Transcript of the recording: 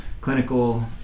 clinical